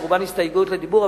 שרובן הסתייגויות לדיבור.